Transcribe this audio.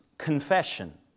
confession